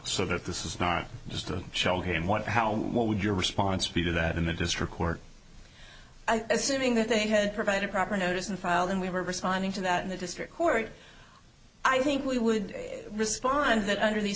so that this is not just a shell game what how what would your response be to that in the district court assuming that they had provided proper notice and filed and we were responding to that in the district court i think we would respond that under these